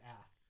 ass